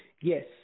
yes